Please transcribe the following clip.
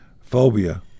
phobia